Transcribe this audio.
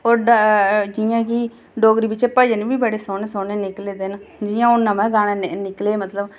और जियां कि डोगरी बिच्च भजन बी बड़े सौह्ने सौह्ने निकले दे न जियां हून नमें गाने निकले मतलब